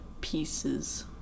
pieces